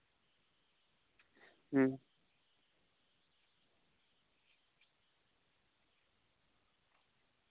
ᱦᱩᱸ